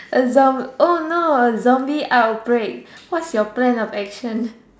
a zomb oh no a zombie out break what's your plan of action